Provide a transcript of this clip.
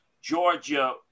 Georgia